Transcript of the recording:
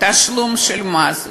תשלום של מס.